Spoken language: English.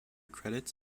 credits